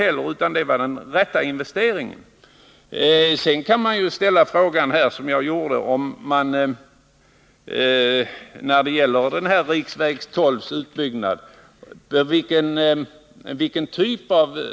Nr 54 I fråga om utbyggnaden av riksväg 12 kan man naturligtvis sedan fråga sig vilken typ av utbyggnad som skall ske. Skall det bli en utbyggnad för motorväg eller för riksväg?